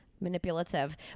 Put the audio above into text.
Manipulative